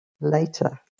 later